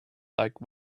like